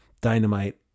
Dynamite